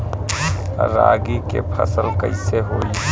रागी के फसल कईसे होई?